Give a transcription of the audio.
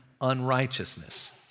unrighteousness